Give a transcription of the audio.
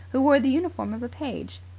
who wore the uniform of a page.